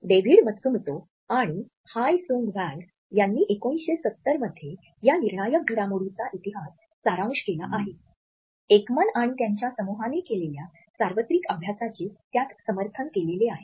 David Matsumoto आणि Hi Sung Hwang यांनी १९७० मध्ये या निर्णायक घडामोडींचा इतिहास सारांश केला आहे एकमन आणि त्याच्या समूहाने केलेल्या सार्वत्रिक अभ्यासाचे त्यात समर्थन केलेले आहे